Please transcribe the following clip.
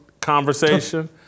conversation